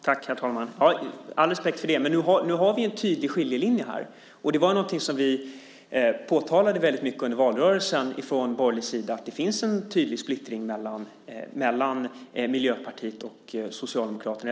Herr talman! Jag har all respekt för det. Men nu har vi en tydlig skiljelinje här. Någonting som vi påtalade väldigt mycket under valrörelsen från borgerlig sida var att det finns en tydlig splittring mellan Miljöpartiet och Socialdemokraterna.